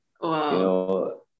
Wow